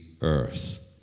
earth